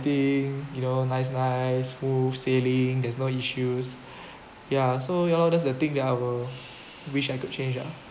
thing you know nice nice smooth sailing there's no issues ya so ya lor that's the thing that I will wish I could change ah